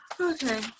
Okay